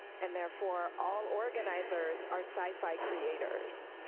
and therefore all organizers are sci-fi creators.